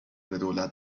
دولت